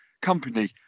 company